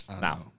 now